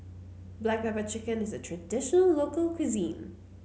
Black Pepper Chicken is a traditional local cuisine